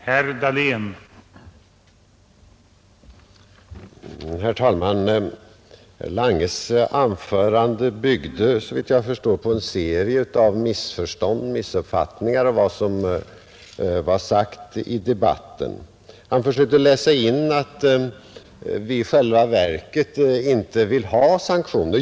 Herr talman! Herr Langes anförande byggde såvitt jag förstår på en serie av missuppfattningar om vad som sagts i debatten. Han försökte läsa in att vi i själva verket inte vill ha sanktioner.